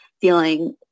feeling